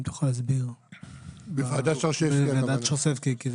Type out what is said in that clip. בוועדת שרשבסקי.